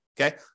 Okay